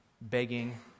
begging